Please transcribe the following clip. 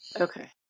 Okay